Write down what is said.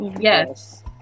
yes